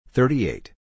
Thirty-eight